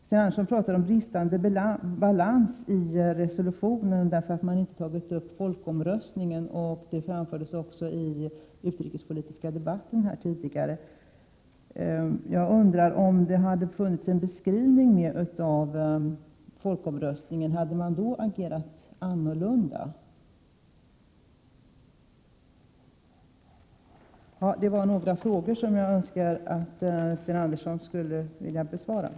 Sten Andersson talar om bristande balans i resolutionen därför att man där inte tagit upp folkomröstningen — detta framfördes också i den utrikespolitiska debatten tidigare i riksdagen. Jag undrar om man hade agerat annorlunda om det hade funnits en beskrivning av folkomröstningen i resolutionen. Detta var några frågor som jag önskar att Sten Andersson besvarar.